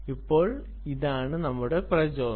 ഇപ്പോൾ ഇതാണ് പ്രചോദനം